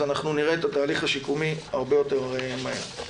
אנחנו נראה את התהליך השיקומי הרבה יותר מהר.